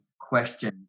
question